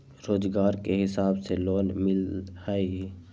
रोजगार के हिसाब से लोन मिलहई?